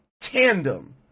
tandem